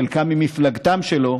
חלקם ממפלגתו שלו,